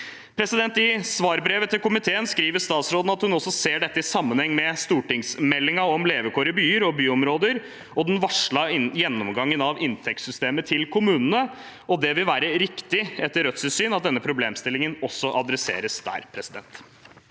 I svarbrevet til komiteen skriver statsråden at hun også ser dette i sammenheng med stortingsmeldingen om levekår i byer og byområder og den varslede gjennomgangen av inntektssystemet til kommunene. Det vil etter Rødts syn være riktig at denne problemstillingen også adresseres der.